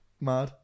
mad